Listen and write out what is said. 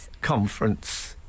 conference